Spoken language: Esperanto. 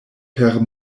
per